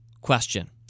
question